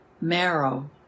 marrow